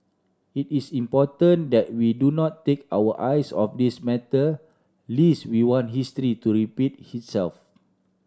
it is important that we do not take our eyes off this matter lest we want history to repeat himself